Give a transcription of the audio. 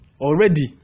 Already